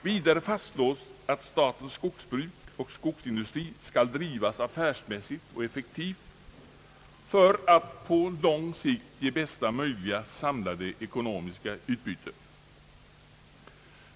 Vidare fastslås att statens skogsbruk och skogsindustrier skall drivas affärsmässigt och effektivt för att på lång sikt ge bästa möjliga samlade ekonomiska utbyte.